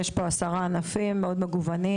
יש פה עשרה ענפים מאוד מגוונים,